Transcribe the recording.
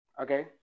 Okay